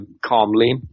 calmly